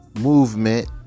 movement